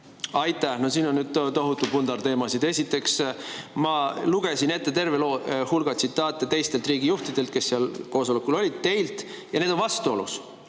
Aitäh! No siin on nüüd tohutu pundar teemasid. Esiteks, ma lugesin ette terve hulga tsitaate teistelt riigijuhtidelt, kes seal koosolekul olid, ja teilt, ning need on vastuolus.